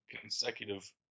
consecutive